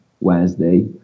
Wednesday